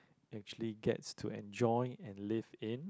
actually gets to enjoy and live in